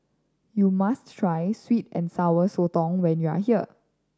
you must try sweet and Sour Sotong when you are here